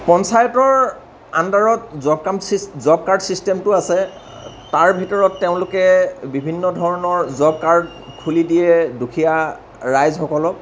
পঞ্চায়তৰ আণ্ডাৰত জবকাৰ্ডৰ ছিষ্টেমটো আছে তাৰ ভিতৰত তেওঁলোকে বিভিন্ন ধৰণৰ জবকাৰ্ড খুলি দিয়ে দুখীয়া ৰাইজসকলক